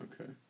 okay